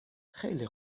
خیلی